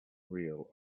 real